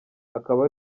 akaba